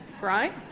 right